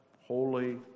holy